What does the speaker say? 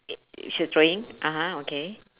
it she was throwing (uh huh) okay